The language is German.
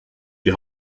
die